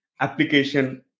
application